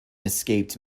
escaped